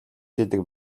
хийдэг